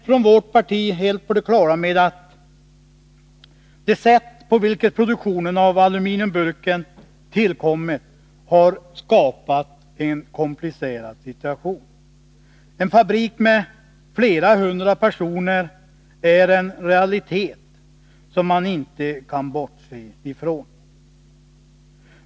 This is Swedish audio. Från vårt parti är vi helt på det klara med att det sätt på vilket produktionen av aluminiumburken har tillkommit har skapat en komplicerad situation. En fabrik med flera hundra personer är en realitet som man inte kan bortse från.